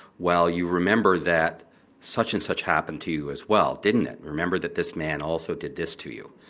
well, you remember that such and such happened to you as well didn't it? remember that this man also did this to you.